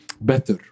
better